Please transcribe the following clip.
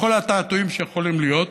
בכל התעתועים שיכולים להיות,